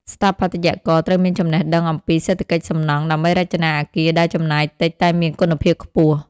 ស្ថាបត្យករត្រូវមានចំណេះដឹងអំពីសេដ្ឋកិច្ចសំណង់ ដើម្បីរចនាអគារដែលចំណាយតិចតែមានគុណភាពខ្ពស់។